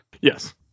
Yes